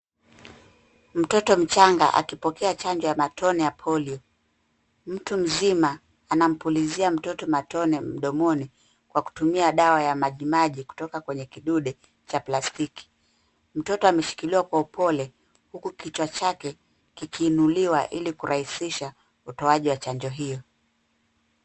Mtoto mchanga akipokea chanjo ya matone ya Polio. Mtu mzima anampulizia mtoto matone mdomoni, kwa kutumia dawa ya majimaji kutoka kwenye kidude cha plastiki. Mtoto ameshikiliwa kwa upole, huku kichwa chake kikiinuliwa ili kurahisisha utoaji wa chanjo hio.